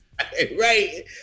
Right